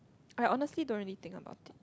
I honestly don't really think about it